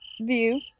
View